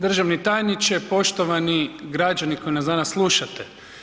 državni tajniče, poštovani građani koji nas danas slušate.